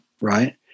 right